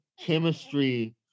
chemistry